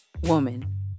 woman